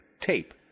tape